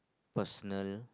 personal~